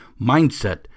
Mindset